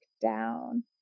down